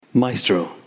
Maestro